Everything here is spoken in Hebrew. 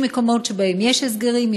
יש מקומות שבהם יש הסגרים,